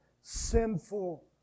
sinful